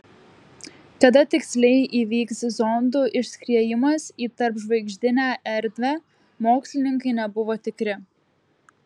kada tiksliai įvyks zondų išskriejimas į tarpžvaigždinę erdvę mokslininkai nebuvo tikri